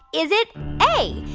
is it a,